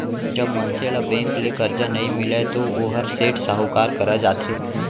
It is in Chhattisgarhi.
जब मनसे ल बेंक ले करजा नइ मिलय तो वोहर सेठ, साहूकार करा जाथे